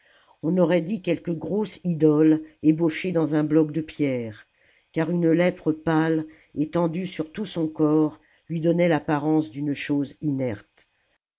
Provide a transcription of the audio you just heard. on aurait dit quelque grosse idole ébauchée dans un bloc de pierre car une lèpre pâle étendue sur tout son corps lui donnait fapparence d'une chose inerte